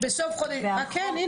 זה החוק יהיה מוכן בסוף מאי כן,